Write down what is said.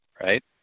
right